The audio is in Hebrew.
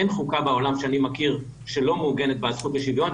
אין חוקה בעולם שאני מכיר שלא מעוגנת בה הזכות לשוויון,